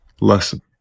lesson